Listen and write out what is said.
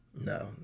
No